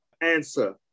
answer